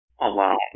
alone